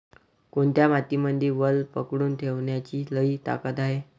कोनत्या मातीमंदी वल पकडून ठेवण्याची लई ताकद हाये?